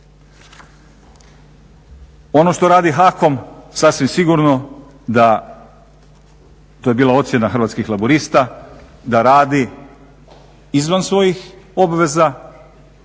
Ono što radi HAKOM sasvim sigurno da to je bila ocjena Hrvatskih laburista da radi izvan svojih obveza,